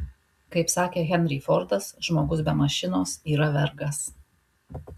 kaip sakė henry fordas žmogus be mašinos yra vergas